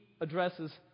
addresses